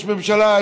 יש ממשלה,